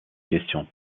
question